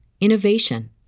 innovation